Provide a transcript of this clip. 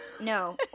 No